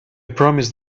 promised